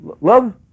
love